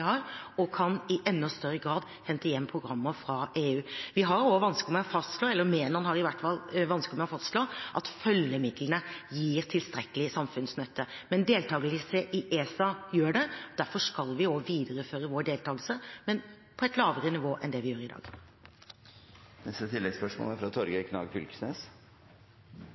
har, og kan i enda større grad hente hjem programmer fra EU. Vi har også vanskeligheter med å fastslå, eller Menon har i hvert fall vanskeligheter med å fastslå, at følgemidlene gir tilstrekkelig samfunnsnytte. Men deltakelse i ESA gjør det. Derfor skal vi også videreføre vår deltakelse, men på et lavere nivå enn det vi gjør i dag. Torgeir Knag Fylkesnes – til oppfølgingsspørsmål. Vi er